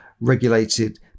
regulated